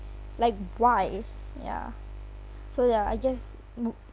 like why ya so ya I guess wo~